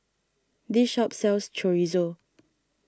this shop sells Chorizo